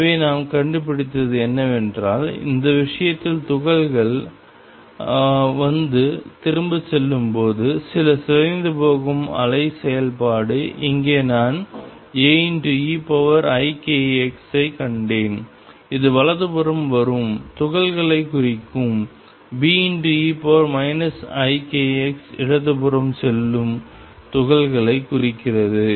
எனவே நாம் கண்டுபிடித்தது என்னவென்றால் இந்த விஷயத்தில் துகள்கள் வந்து திரும்பிச் செல்லும்போது சில சிதைந்துபோகும் அலை செயல்பாடு இங்கே நான் Aeikx ஐக் கண்டேன் இது வலதுபுறம் வரும் துகள்களைக் குறிக்கும் Be ikx இடதுபுறம் செல்லும் துகள்களைக் குறிக்கிறது